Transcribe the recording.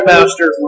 Master